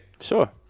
Sure